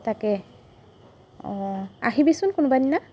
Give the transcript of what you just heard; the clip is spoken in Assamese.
তাকেই অঁ আহিবিচোন কোনোবা দিনা